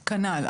כנ"ל.